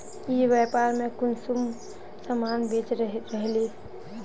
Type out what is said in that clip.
ई व्यापार में कुंसम सामान बेच रहली?